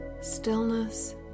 stillness